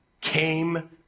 came